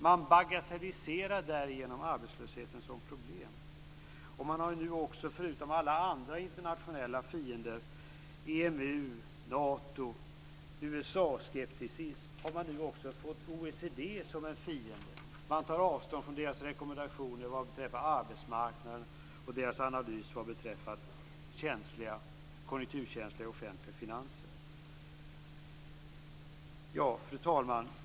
Man bagatelliserar därigenom arbetslösheten som problem. Förutom alla andra internationella fiender - EMU, Nato och USA-skepticism - har man nu också fått OECD som en fiende. Man tar avstånd från dess rekommendationer vad beträffar arbetsmarknaden och dess analys vad beträffar konjunkturkänsliga offentliga finanser. Fru talman!